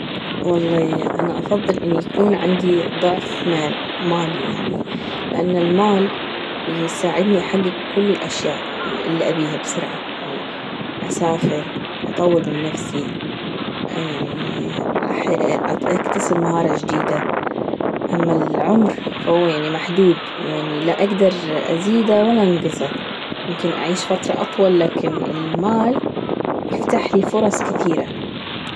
والله أنا أفضل إن يكون عندي ضعف مال مالي يعني لأن المال يساعدني أحجج كل الأشياء اللي أبيها بسرعة يعني أسافر، أطور من نفسي يعني أكتسب مهارة جديدة أما العمر فهو يعني محدود يعني لا اجدر أزيده ولا أنقصه يمكن أعيش فترة أطول لكن المال يفتح لي فرص كثيرة.